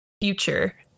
future